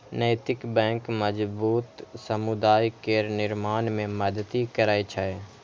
नैतिक बैंक मजबूत समुदाय केर निर्माण मे मदति करै छै